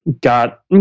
got